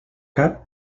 cap